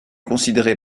considéré